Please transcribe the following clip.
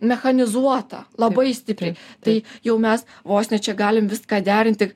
mechanizuota labai stipriai tai jau mes vos ne čia galim viską derinti